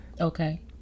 Okay